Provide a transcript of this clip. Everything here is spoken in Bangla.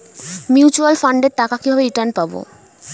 মিউচুয়াল ফান্ডের টাকা কিভাবে রিটার্ন পাব?